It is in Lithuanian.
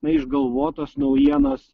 na išgalvotos naujienos